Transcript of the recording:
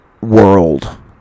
world